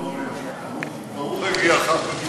שלום אמיר, ברוך הגיעך.